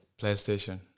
PlayStation